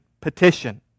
petition